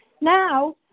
Now